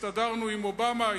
הסתדרנו עם אובמה,